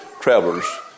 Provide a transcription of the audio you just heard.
travelers